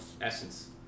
essence